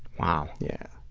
wow. yeah.